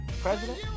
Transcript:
president